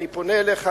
אני פונה אליך,